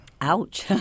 Ouch